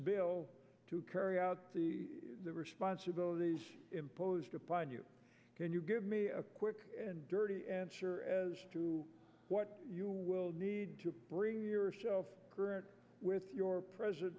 bill to carry out the responsibilities imposed upon you can you give me a quick and dirty answer as to what you will need to bring yourself with your president